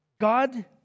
God